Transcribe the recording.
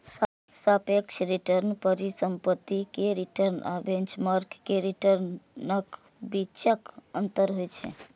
सापेक्ष रिटर्न परिसंपत्ति के रिटर्न आ बेंचमार्क के रिटर्नक बीचक अंतर होइ छै